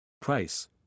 Price